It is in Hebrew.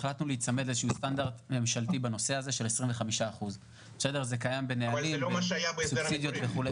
לכן החלטנו להיצמד לסטנדרט ממשלתי בנושא הזה של 25%. זה קיים בנהלים --- אבל זה לא מה שהיה בהסדר הקודם.